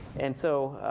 and so